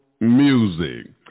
music